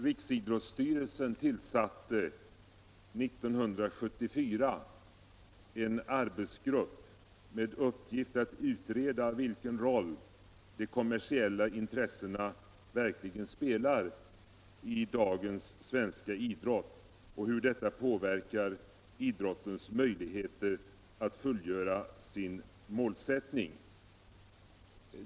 Riksidrottsstyrelsen tillsatte 1974 en arbetsgrupp med uppgift att utreda vilken roll de kommersiella intressena verkligen spelar i dagens svenska idrott och hur detta påverkar idrottens möjligheter att fullfölja sin målsättning.